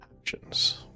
actions